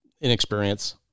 inexperience